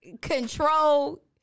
control